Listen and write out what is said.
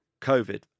COVID